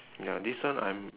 ya this one I'm